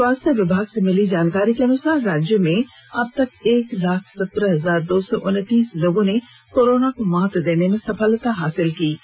स्वास्थ्य विभाग से मिली जानकारी के अनुसार राज्य में अब तक एक लाख सत्रह हजार दो सौ उन्नतीस लोगों ने कोरोना को मात देने में सफलता हासिल की है